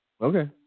Okay